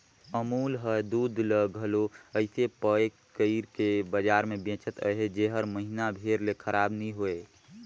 अमूल हर दूद ल घलो अइसे पएक कइर के बजार में बेंचत अहे जेहर महिना भेर ले खराब नी होए